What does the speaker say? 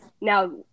now